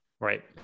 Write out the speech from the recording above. Right